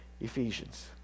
Ephesians